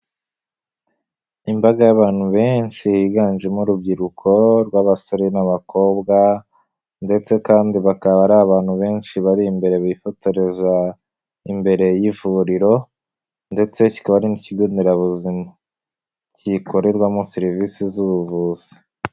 Imbaga y'abantu benshi yiganjemo urubyiruko rw'abasore n'abakobwa ndetse kandi bakaba ari abantu benshi bari imbere bifotoreza imbere y'ivuriro ndetse kikaba n'ikigo nderabuzima, gikorerwamo serivisi z'ubuvuzi.